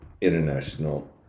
international